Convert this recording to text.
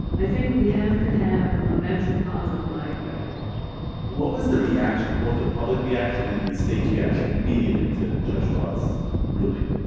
i think we have to have a metropolitanwide remedy what was the reaction, both the public reaction and then and the state's reaction, immediately to judge roth's ruling?